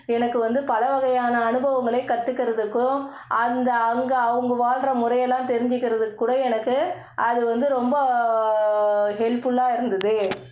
எனக்கு வந்து பலவகையான அனுபவங்களை கற்றுக்கிறதுக்கும் அங்கே அங்கே அவங்க வாழ்ற முறையெல்லாம் தெரிஞ்சுக்கிறதுக்கு கூட எனக்கு அது வந்து ரொம்ப ஹெல்ப்புல்லாக இருந்தது